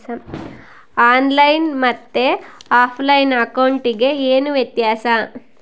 On line ಮತ್ತೆ offline ಅಕೌಂಟಿಗೆ ಏನು ವ್ಯತ್ಯಾಸ?